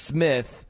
Smith